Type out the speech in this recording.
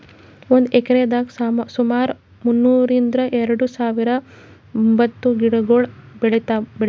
ಒಂದ್ ಎಕ್ರೆದಾಗ್ ಸುಮಾರ್ ಮುನ್ನೂರ್ರಿಂದ್ ಎರಡ ಸಾವಿರ್ ಬಂಬೂ ಗಿಡಗೊಳ್ ಬೆಳೀಭೌದು